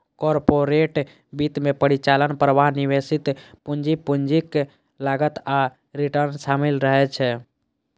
corporate वित्त मे परिचालन प्रवाह, निवेशित पूंजी, पूंजीक लागत आ रिटर्न शामिल रहै छै